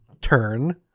turn